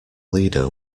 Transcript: leader